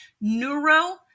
Neuro